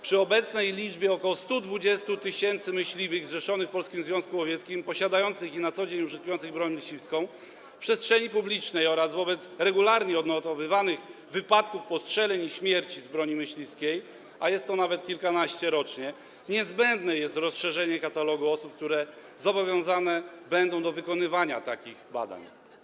Przy obecnej liczbie ok. 120 tys. myśliwych zrzeszonych w Polskim Związku Łowieckim, posiadających i na co dzień użytkujących broń myśliwską w przestrzeni publicznej oraz wobec regularnie odnotowywanych wypadków postrzeleń z broni myśliwskiej i śmierci w wyniku tych postrzeleń, a jest ich nawet kilkanaście rocznie, niezbędne jest rozszerzenie katalogu osób, które zobowiązane będą do wykonywania takich badań.